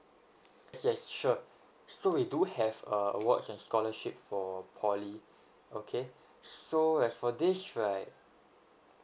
su~ sure so we do have uh awards and scholarship for poly okay so as for this right